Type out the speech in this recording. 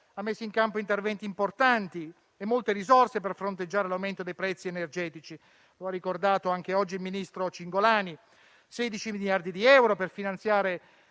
ha messo in campo interventi importanti e molte risorse per fronteggiare l'aumento dei prezzi energetici, come ha ricordato anche oggi il ministro Cingolani: 16 miliardi di euro per finanziare